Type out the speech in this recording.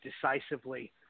decisively